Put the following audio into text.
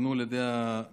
שהותקנו על ידי הממשלה,